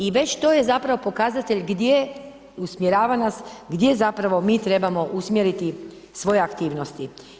I već to je zapravo pokazatelj gdje usmjerava nas, gdje zapravo mi trebamo usmjeriti svoje aktivnosti.